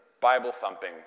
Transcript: Bible-thumping